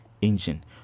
engine